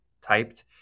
typed